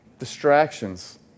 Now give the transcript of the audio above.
distractions